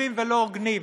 קשוחים ולא הוגנים.